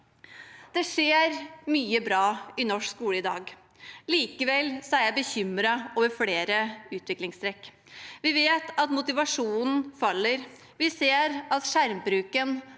Det skjer mye bra i norsk skole i dag. Likevel er jeg bekymret over flere utviklingstrekk. Vi vet at motivasjonen faller. Vi ser at skjermbruken